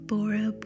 Bora